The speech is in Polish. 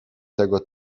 tego